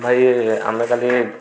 ଭାଇ ଆମେ କାଲି